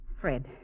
Fred